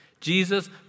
Jesus